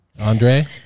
andre